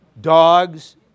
Dogs